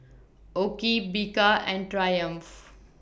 OKI Bika and Triumph